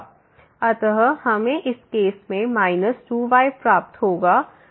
अतः हमें इस केस में 2y प्राप्त होगा